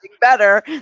better